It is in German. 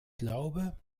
glaube